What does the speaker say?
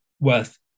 worth